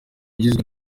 ugizwe